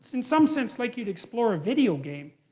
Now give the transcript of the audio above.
in some sense, like you'd explore a video game.